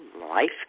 life